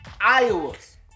Iowa's